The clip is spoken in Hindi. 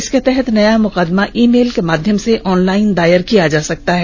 इसके तहत नया मुकदमा ईमेल के माध्यम से ऑनलाइन दायर किया जा सकता है